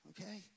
okay